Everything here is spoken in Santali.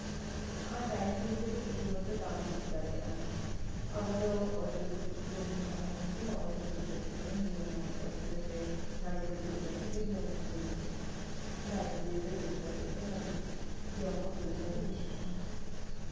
ᱟᱨ ᱰᱟᱭᱱᱤᱝ ᱴᱮᱵᱤᱞ ᱨᱮᱫᱚ ᱵᱮᱥᱤ ᱦᱚᱲ ᱫᱚ ᱵᱟᱢ ᱫᱩᱲᱩᱵ ᱫᱟᱲᱮᱭᱟᱜᱼᱟ ᱟᱵᱚ ᱫᱚ ᱚᱛᱨᱮ ᱫᱩᱲᱩᱵ ᱡᱚᱢ ᱦᱚᱲ ᱠᱟᱱᱟ ᱵᱚᱱ ᱛᱚ ᱚᱛ ᱨᱮ ᱫᱩᱲᱩᱵ ᱠᱟᱛᱮᱜ ᱜᱮᱵᱚᱱ ᱡᱚᱢᱟ ᱚᱛ ᱨᱮᱥᱮ ᱜᱟᱰᱳ ᱨᱮ ᱫᱩᱲᱩᱵ ᱠᱟᱛᱮᱜ ᱡᱚᱢ ᱵᱷᱟᱜᱮ ᱵᱩᱡᱷᱟᱹᱜᱼᱟ ᱰᱟᱭᱱᱤᱝ ᱴᱮᱵᱤᱞ ᱨᱮ ᱫᱩᱲᱩᱵ ᱠᱟᱛᱮᱜ ᱫᱚ ᱠᱟᱹᱴᱤᱡ ᱡᱚᱢ ᱚᱥᱩᱵᱤᱫᱷᱟ ᱜᱮ ᱵᱩᱡᱷᱟᱹᱜᱼᱟ